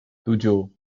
tujuh